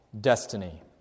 destiny